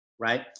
right